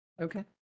Okay